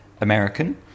American